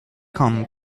comme